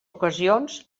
ocasions